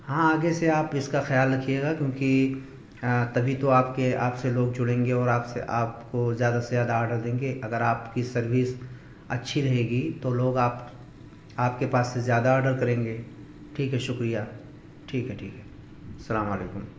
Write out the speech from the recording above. ہاں آگے سے آپ اس کا خیال رکھیے گا کیوںکہ تبھی تو آپ کے آپ سے لوگ جڑیں گے اور آپ سے آپ کو زیادہ سے زیادہ آڈر دیں گے اگر آپ کی سروس اچھی رہے گی تو لوگ آپ آپ کے پاس سے زیادہ آڈر کریں گے ٹھیک ہے شکریہ ٹھیک ہے ٹھیک ہے السلام علیکم